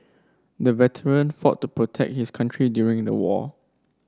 the veteran fought to protect his country during the war